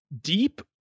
deep